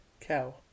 Cow